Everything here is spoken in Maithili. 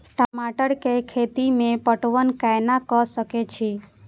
टमाटर कै खैती में पटवन कैना क सके छी?